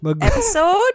episode